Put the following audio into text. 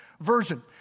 version